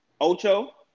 Ocho